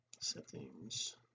settings